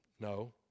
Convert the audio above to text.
No